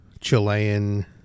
Chilean